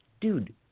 dude